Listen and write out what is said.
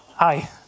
Hi